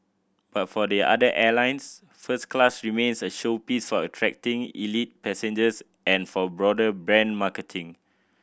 but for the other airlines first class remains a showpiece for attracting elite passengers and for broader brand marketing